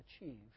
achieve